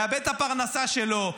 מאבד את הפרנסה שלו,